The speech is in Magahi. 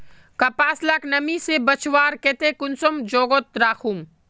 कपास लाक नमी से बचवार केते कुंसम जोगोत राखुम?